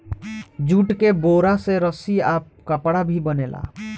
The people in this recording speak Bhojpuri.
जूट के बोरा से रस्सी आ कपड़ा भी बनेला